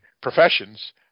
professions